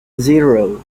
zero